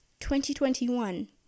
2021